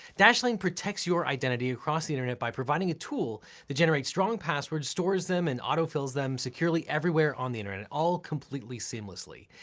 dashlane protects your identity across the internet by providing a tool that generates strong passwords, stores them, and autofills them securely everywhere on the internet, all completely seamlessly,